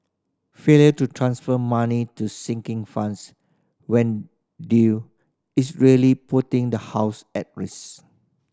failure to transfer money to sinking funds when due is really putting the house at risk